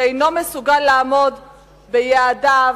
שאינו מסוגל לעמוד ביעדיו,